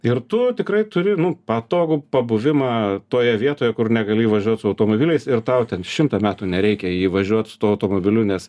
ir tu tikrai turi nu patogų pabuvimą toje vietoje kur negali įvažiuot su automobiliais ir tau ten šimtą metų nereikia į jį važiuot su tuo automobiliu nes